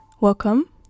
welcome